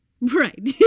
Right